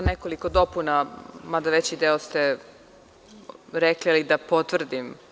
Nekoliko dopuna, mada ste veći deo rekli, ali da potvrdim.